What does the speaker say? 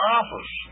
office